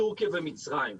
טורקיה ומצרים.